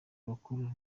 bakuru